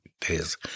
days